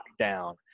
lockdown